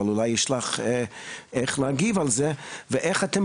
אבל אולי יש לך איך להגיב על זה ואולי תוכלי להסביר לנו איך אתם